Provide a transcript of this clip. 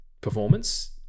performance